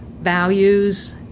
values,